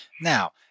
Now